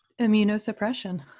immunosuppression